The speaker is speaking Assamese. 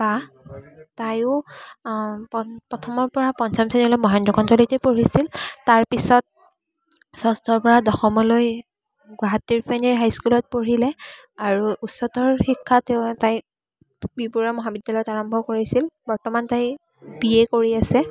বা তাইও প প্ৰথমৰপৰা পঞ্চম শ্ৰেণীলৈ মহেন্দ্ৰ কন্দলীতেই পঢ়িছিল তাৰপিছত ষষ্ঠৰপৰা দশমলৈ গুৱাহাটীৰ ৰিফাইনেৰী হাইস্কুলত পঢ়িলে আৰু উচ্চতৰ শিক্ষা তেওঁ তাই বি বৰুৱা মহাবিদ্যালয়ত আৰম্ভ কৰিছিল বৰ্তমান তাই বি এ কৰি আছে